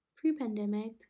pre-pandemic